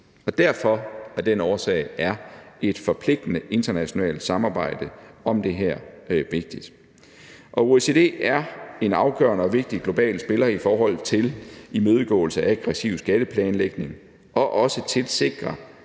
Derfor og af den årsag er et forpligtende internationalt samarbejde om det her vigtigt. OECD er en afgørende og vigtig global spiller i forhold til imødegåelse af aggressiv skatteplanlægning og også til sikringen